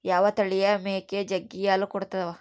ಯಾವ ತಳಿಯ ಮೇಕೆ ಜಗ್ಗಿ ಹಾಲು ಕೊಡ್ತಾವ?